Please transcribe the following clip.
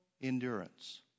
endurance